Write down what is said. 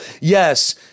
Yes